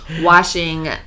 washing